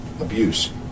abuse